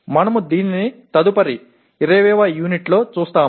మనము దీనిని తదుపరి U20 యూనిట్లో చేస్తాము